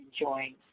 enjoying